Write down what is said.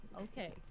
Okay